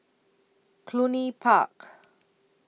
Cluny Park